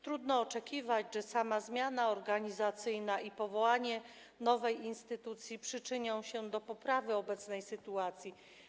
Trudno oczekiwać, że sama zmiana organizacyjna i powołanie nowej instytucji przyczynią się do poprawy obecnej sytuacji.